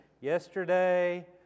yesterday